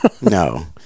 no